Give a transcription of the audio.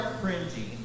cringy